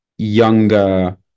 younger